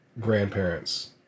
grandparents